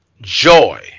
Joy